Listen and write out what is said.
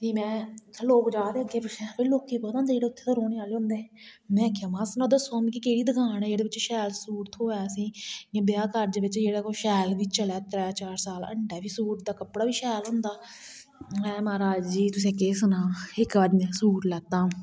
फ्ही में लोक जारदे अग्गै पिच्छै लोकें गी पता होंदा जेहडे़ उत्थै दे रौहने आहले होंदे में आखेआ में दस्सो मिगी केह्ड़ी दकान ऐ जेहड़ी च शैल सूट थ्होऐ असें गी इयां ब्याह कारज बिच शैल चलै त्रै चार साल हंडै ते कपड़ा बी शैल होंदा में महाराज जी तुसें गी केह् सनांऽ इक आदमी ने सूट लैता